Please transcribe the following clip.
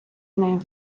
нею